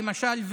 למשל,